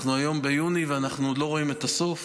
אנחנו היום ביוני ואנחנו עוד לא רואים את הסוף.